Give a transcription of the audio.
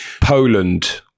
poland